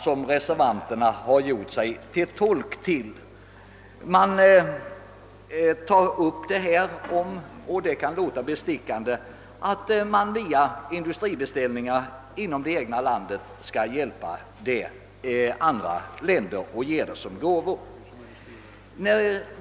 Det kan låta bestickande att man via industribeställningar inom det egna landet med gåvor skall hjälpa andra länder.